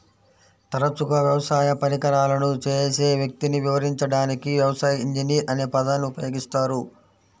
తరచుగా వ్యవసాయ పరికరాలను చేసే వ్యక్తిని వివరించడానికి వ్యవసాయ ఇంజనీర్ అనే పదాన్ని ఉపయోగిస్తారు